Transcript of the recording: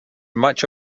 much